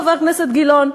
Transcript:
חבר הכנסת גילאון.